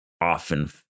often